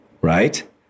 right